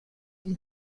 این